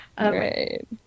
right